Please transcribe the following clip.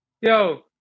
Yo